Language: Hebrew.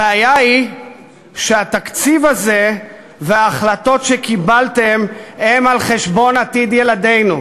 הבעיה היא שהתקציב הזה וההחלטות שקיבלתם הם על חשבון עתיד ילדינו,